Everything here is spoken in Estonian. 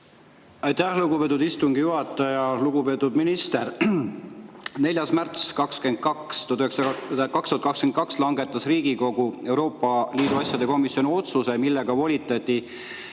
Aitäh, lugupeetud istungi juhataja! Lugupeetud minister! 4. märtsil 2022 langetas Riigikogu Euroopa Liidu asjade komisjon otsuse, millega volitati